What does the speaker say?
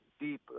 deep